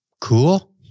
Cool